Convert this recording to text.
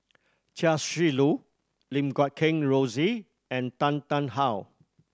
Chia Shi Lu Lim Guat Kheng Rosie and Tan Tarn How